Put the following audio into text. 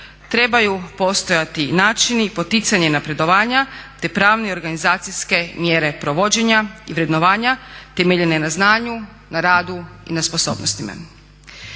Trebaju postojati načini i poticanje napredovanja te pravne organizacijske mjere provođenja i vrednovanja temeljene na znanju na radu i na sposobnostima.